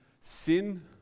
sin